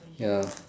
ya